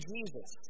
Jesus